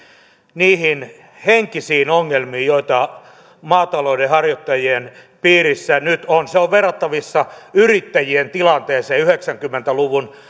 niihin henkisiin ongelmiin joita maatalouden harjoittajien piirissä nyt on tämä on verrattavissa yrittäjien tilanteeseen yhdeksänkymmentä luvun